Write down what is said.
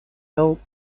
help